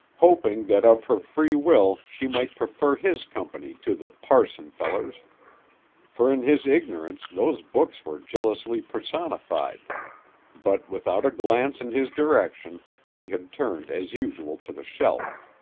hoping that of her free will she might prefer his company to the parson feller's for in his ignorance those books were jealously personified but, without a glance in his direction, she had turned as usual to the shelf.